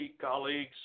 colleagues